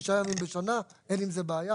תשעה ימים בשנה ואין עם זה בעיה.